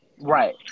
Right